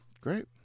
Great